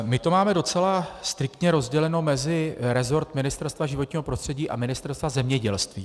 My to máme docela striktně rozděleno mezi rezort Ministerstva životního prostředí a Ministerstva zemědělství.